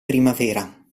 primavera